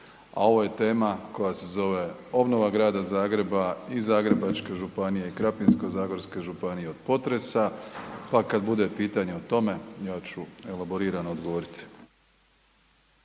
a ovo je tema koja se zove „Obnova Grada Zagreba i Zagrebačke županije i Krapinsko-zagorske županije od potresa“, pa kad bude pitanje o tome ja ću elaborirano odgovoriti.